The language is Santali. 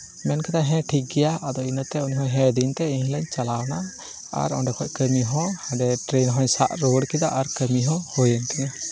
ᱢᱮᱱ ᱠᱮᱫᱟᱭ ᱦᱮᱸ ᱴᱷᱤᱠ ᱜᱮᱭᱟ ᱟᱫᱚ ᱤᱱᱟᱹᱛᱮ ᱩᱱᱤ ᱦᱚᱭ ᱦᱮᱸ ᱟᱹᱫᱤᱧᱛᱮ ᱮᱱᱦᱤᱞᱚᱜ ᱤᱧ ᱪᱟᱞᱟᱣᱮᱱᱟ ᱟᱨ ᱚᱸᱰᱮ ᱠᱷᱚᱡ ᱠᱟᱹᱢᱤ ᱦᱚᱸ ᱦᱟᱸᱰᱮ ᱴᱨᱮᱱ ᱦᱚᱭ ᱥᱟᱵ ᱨᱩᱣᱟᱹᱲ ᱠᱮᱫᱟ ᱟᱨ ᱠᱟᱹᱢᱤ ᱦᱚᱸ ᱦᱩᱭᱮᱱ ᱛᱤᱧᱟ